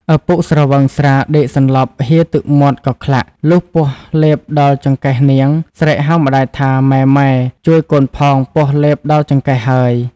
ឪពុកស្រវឹងស្រាដេកសន្លប់ហៀរទឹកមាត់កក្លាក់ ។ លុះពស់លេបដល់ចង្កេះនាង ស្រែកហៅម្ដាយថា “ម៉ែៗ ជួយកូនផងពស់លេបដល់ចង្កេះហើយ ” ។